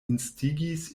instigis